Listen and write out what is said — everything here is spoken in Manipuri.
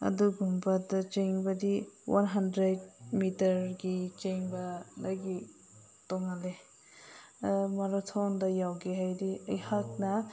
ꯑꯗꯨꯒꯨꯝꯕꯗ ꯆꯦꯟꯕꯗꯤ ꯋꯥꯟ ꯍꯟꯗ꯭ꯔꯦꯠ ꯃꯤꯇꯔꯒꯤ ꯆꯦꯟꯕꯗꯒꯤ ꯇꯣꯡꯉꯥꯜꯂꯦ ꯃꯥꯔꯥꯊꯣꯟꯗ ꯌꯥꯎꯒꯦ ꯍꯥꯏꯔꯗꯤ ꯑꯩꯍꯥꯛꯅ